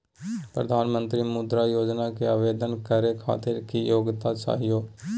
प्रधानमंत्री मुद्रा योजना के आवेदन करै खातिर की योग्यता चाहियो?